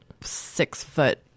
six-foot